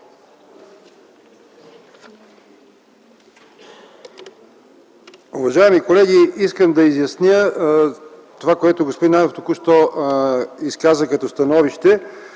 Уважаеми колеги, искам да изясня това, което господин Найденов току-що изказа като становище.